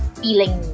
feeling